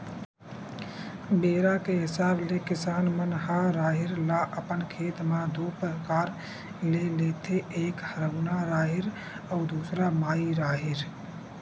बेरा के हिसाब ले किसान मन ह राहेर ल अपन खेत म दू परकार ले लेथे एक हरहुना राहेर अउ दूसर माई राहेर